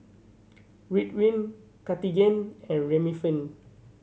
Ridwind Cartigain and Remifemin